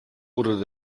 oder